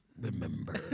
remember